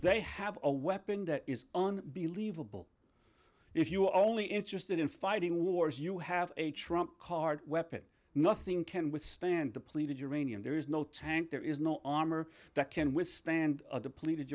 they have a weapon that is on believe a ball if you are only interested in fighting wars you have a trump card weapon nothing can withstand depleted uranium there is no tank there is no armor that can withstand depleted